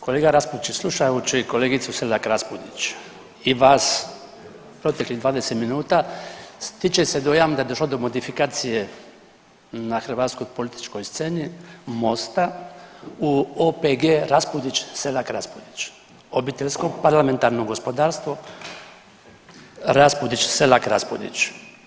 Kolega RAspudiću, slušajući kolegicu Selak RAspudić i vas proteklih 20 minuta stiče se dojam da je došlo do modifikacije na hrvatskoj političkoj sceni Mosta u OPG Raspudić-Selak RAspudić obiteljsko parlamentarno gospodarstvo Raspudić-Selak RAspudić.